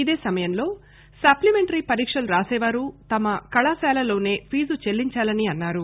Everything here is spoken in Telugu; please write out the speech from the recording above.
ఇదే సమయంలో సప్లిమెంటరీ పరీక్షలు రాసేవారు తమ కళాశాలలోనే ఫీజు చెల్లించాలని అన్నారు